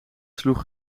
sloeg